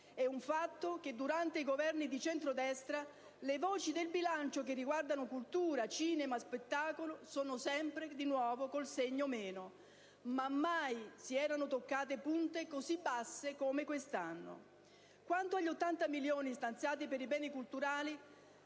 È un fatto che, durante i Governi di centrodestra, le voci del bilancio che riguardano cultura, cinema, spettacolo sono sempre con il segno meno. Ma mai si erano toccate punte così basse come quest'anno. Quanto agli 80 milioni stanziati per i Beni culturali,